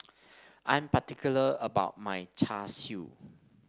I'm particular about my Char Siu